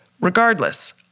Regardless